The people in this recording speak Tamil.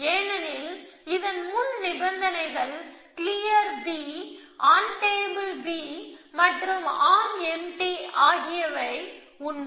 ஏனெனில் இதன் முன் நிபந்தனைகள் clear B on table B மற்றும் ஆர்ம் எம்டி ஆகியவை உண்மை